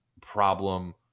problem